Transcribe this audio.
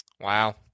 Wow